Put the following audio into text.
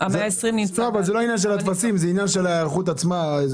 אבל זה לא העניין של הטפסים, זה ההיערכות עצמה.